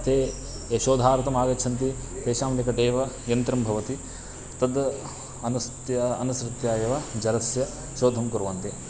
ते ये शोधार्तमागच्छन्ति तेषां निकटे एव यन्त्रं भवति तत् अनुसृत्य अनुसृत्य एव जलस्य शोधनं कुर्वन्ति